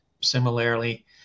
Similarly